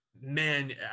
man